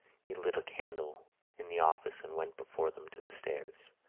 he lit a candle in the office and went before them to the stairs.